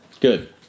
Good